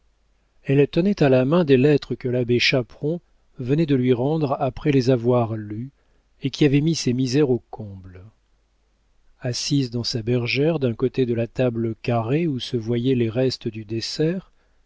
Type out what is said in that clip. elle tenait à la main des lettres que l'abbé chaperon venait de lui rendre après les avoir lues et qui avaient mis ses misères au comble assise dans sa bergère d'un côté de la table carrée où se voyaient les restes du dessert